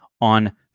on